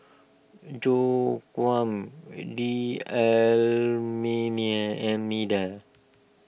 Joaquim D a million Almeida